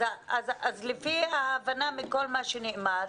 אז לפי ההבנה מכל מה שנאמר,